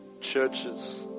churches